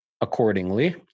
accordingly